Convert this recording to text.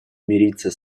мириться